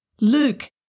Luke